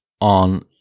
on